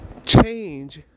change